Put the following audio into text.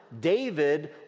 David